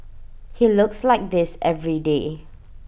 he looks like this every day